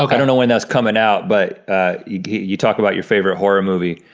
i don't know when that's coming out but you talked about your favorite horror movie,